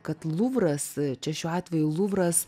kad luvras čia šiuo atveju luvras